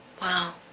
Wow